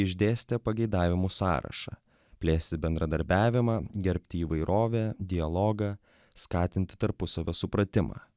išdėstė pageidavimų sąrašą plėsti bendradarbiavimą gerbti įvairovę dialogą skatinti tarpusavio supratimą